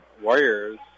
Warriors